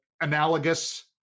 analogous